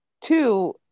two